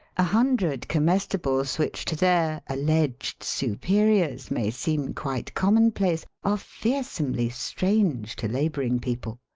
a hundred comestibles which to their alleged su periors may seem quite commonplace are fear somely strange to labouring people.